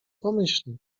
pomyśli